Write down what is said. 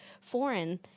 foreign